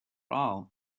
all